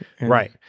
Right